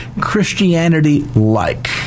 Christianity-like